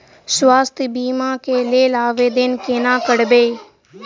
स्वास्थ्य बीमा कऽ लेल आवेदन कोना करबै?